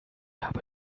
habe